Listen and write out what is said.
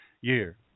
year